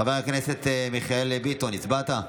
חבר הכנסת מיכאל ביטון, הצבעת?